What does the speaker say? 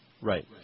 Right